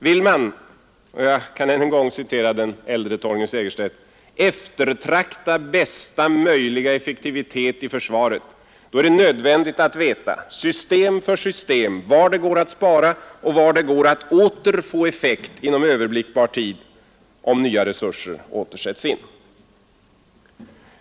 Vill man — och jag kan än en gång citera den äldre Torgny Segerstedt — ”eftertrakta bästa möjliga effektivitet i försvaret” är det nödvändigt att veta, system för system, var det går att spara och var det går att åter få effekt inom överblick bar tid, om nya resurser åter sätts in.